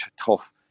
tough